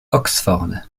oxford